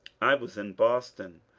i was in boston,